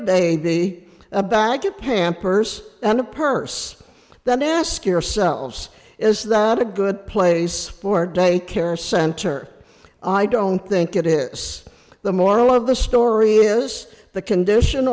baby a bag of pampers and a purse the nearest yourselves is that a good place for daycare center i don't think it is the moral of the story is the condition